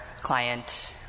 client